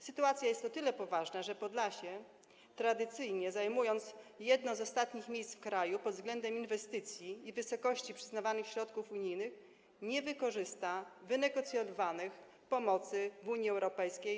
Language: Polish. Sytuacja jest o tyle poważna, że Podlasie, tradycyjnie zajmując jedno z ostatnich miejsc w kraju pod względem inwestycji i wysokości przyznawanych środków unijnych, nie wykorzysta w ramach RPO środków wynegocjowanych w Unii Europejskiej.